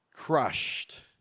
crushed